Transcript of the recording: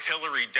Hillary